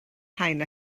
rhain